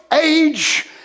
age